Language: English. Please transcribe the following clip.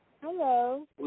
Hello